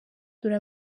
dore